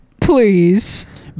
please